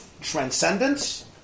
Transcendence